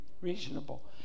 reasonable